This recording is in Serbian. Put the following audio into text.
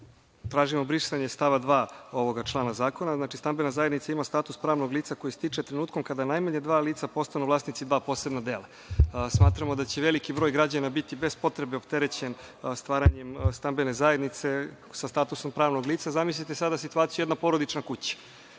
Tražimo brisanje stava 2. ovoga člana zakona. Znači, stambena zajednica ima status pravnog lica koji stiče trenutkom kada najmanje dva lica postanu vlasnici dva posebna dela. Smatramo da će veliki broj građana biti bez potrebe opterećen stvaranjem stambene zajednice sa statusom pravnog lica. Zamislite sada situaciju – jedna porodična kuća.